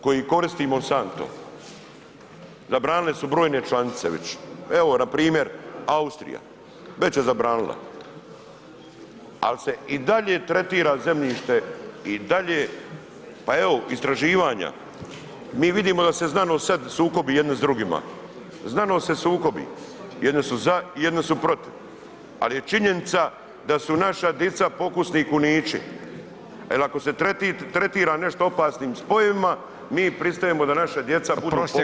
koji koristi Monsanto zabranile su brojne članice već, evo npr. Austrija, već je zabranila, al se i dalje tretira zemljište i dalje, pa evo istraživanja, mi vidimo da se znanost sad sukobi jedni s drugima, znanost se sukobi, jedni su za, jedni su protiv, al je činjenica da su naša dica pokusni kunići, jel ako se tretira nešto opasnim spojevima, mi pristajemo da naša djeca budu pokusni kunići.